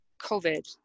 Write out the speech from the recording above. COVID